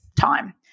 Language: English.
time